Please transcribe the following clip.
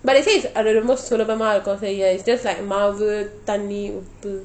but they say it's அது ரோம்ப சுலபமா இருக்கும்:athu romba sulapama irukkum it's just like மாவு தண்ணீர் உப்பு:maavu thannir uppu